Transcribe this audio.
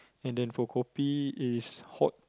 and then for kopi is hot